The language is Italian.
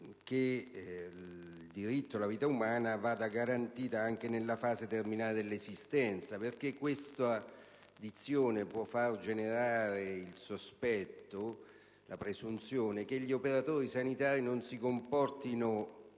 che il diritto alla vita umana vada garantito anche nella fase terminale dell'esistenza, perché questa dizione può far generare il sospetto, la presunzione che gli operatori sanitari non si comportino,